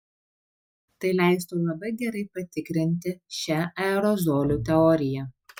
tai leistų labai gerai patikrinti šią aerozolių teoriją